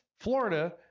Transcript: Florida